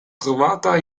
trovata